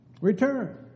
return